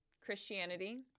Christianity